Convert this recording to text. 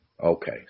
Okay